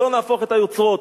שלא נהפוך את היוצרות.